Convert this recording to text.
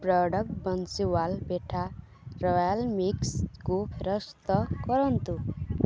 product Bansiwal petha royal ମିକ୍ସ୍କୁ ଫେରସ୍ତ କରନ୍ତୁ